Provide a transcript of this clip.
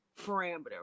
parameter